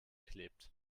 geklebt